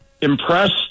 impressed